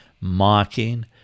mocking